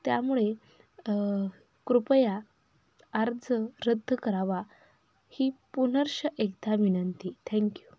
त्यामुळे कृपया अर्ज रद्द करावा ही पुनश्च एकदा विनंती थँक्यू